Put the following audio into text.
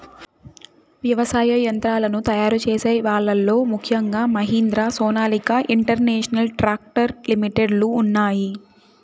వ్యవసాయ యంత్రాలను తయారు చేసే వాళ్ళ లో ముఖ్యంగా Mahindra, Sonalika International Tractor Limited లు ఉన్నాయి